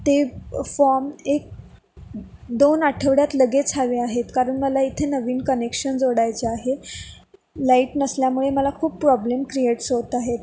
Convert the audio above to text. ते फॉम एक दोन आठवड्यात लगेच हवे आहेत कारण मला इथे नवीन कनेक्शन जोडायचे आहे लाईट नसल्यामुळे मला खूप प्रॉब्लेम क्रिएट्स होत आहेत